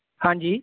ਹਾਂਜੀ